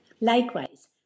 likewise